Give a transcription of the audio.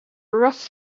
rough